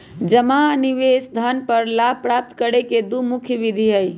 जमा आ निवेश धन पर लाभ प्राप्त करे के दु मुख्य विधि हइ